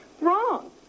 Wrong